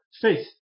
faith